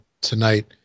tonight